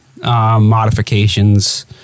modifications